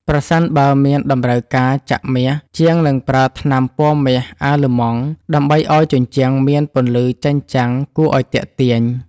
ប្រសិនបើមានតម្រូវការចាក់មាស ជាងនឹងប្រើថ្នាំពណ៌មាសអាឡឺម៉ង់ដើម្បីឱ្យជញ្ជាំងមានពន្លឺចែងចាំងគួរឱ្យទាក់ទាញ។